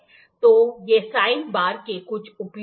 तो ये sine bar के कुछ उपयोग हैं